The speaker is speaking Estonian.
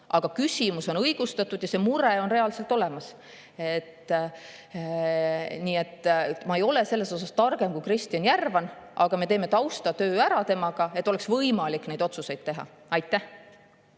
aga küsimus on õigustatud ja mure on reaalselt olemas. Nii et ma ei ole selles targem kui Kristjan Järvan, aga me teeme temaga taustatöö ära, et oleks võimalik neid otsuseid teha. Aitäh!